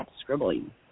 scribbling